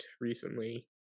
recently